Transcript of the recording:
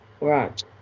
right